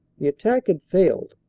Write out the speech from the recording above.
the attack had failed,